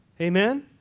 Amen